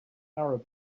arab